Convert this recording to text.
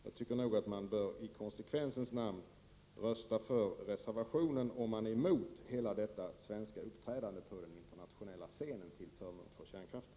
Jag tycker att man i konsekvensens namn bör rösta för reservationen om man är emot det svenska uppträdandet på den internationella scenen till förmån för kärnkraften.